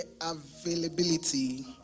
availability